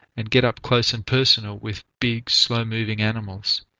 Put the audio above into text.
and get up close and personal with big, slow-moving animals.